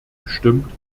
gestimmt